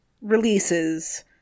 releases